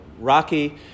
rocky